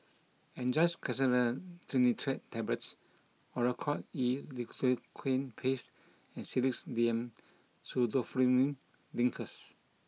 Angised Glyceryl Trinitrate Tablets Oracort E Lidocaine Paste and Sedilix D M Pseudoephrine Linctus